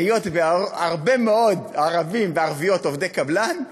היות שהרבה מאוד ערבים וערביות הם עובדי קבלן,